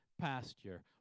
pasture